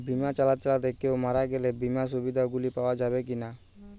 বিমা চালাতে চালাতে কেও মারা গেলে বিমার সুবিধা গুলি পাওয়া যাবে কি না?